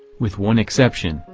with one exception,